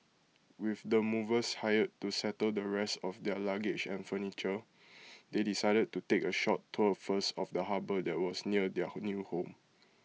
with the movers hired to settle the rest of their luggage and furniture they decided to take A short tour first of the harbour that was near their new home